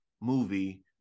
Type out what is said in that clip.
movie